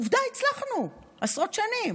עובדה, הצלחנו עשרות שנים